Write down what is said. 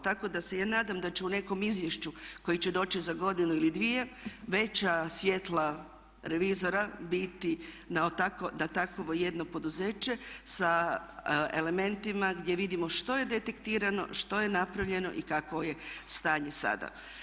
Tako da se ja nadam da će u nekom izvješću koje će doći za godinu ili dvije veća svjetla revizora biti da takvo jedno poduzeće sa elementima gdje vidimo što je detektirano, što je napravljeno i kakvo je stanje sada.